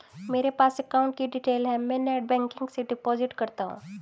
मेरे पास अकाउंट की डिटेल है मैं नेटबैंकिंग से डिपॉजिट करता हूं